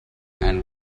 and